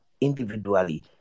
individually